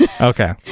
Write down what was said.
okay